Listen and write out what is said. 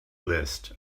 list